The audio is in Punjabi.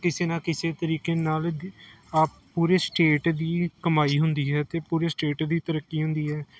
ਕਿਸੇ ਨਾ ਕਿਸੇ ਤਰੀਕੇ ਨਾਲ ਆਪ ਪੂਰੇ ਸਟੇਟ ਦੀ ਕਮਾਈ ਹੁੰਦੀ ਹੈ ਅਤੇ ਪੂਰੇ ਸਟੇਟ ਦੀ ਤਰੱਕੀ ਹੁੰਦੀ ਹੈ